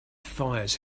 fires